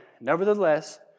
nevertheless